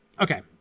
okay